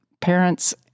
parents